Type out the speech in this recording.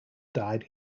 died